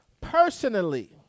personally